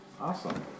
Awesome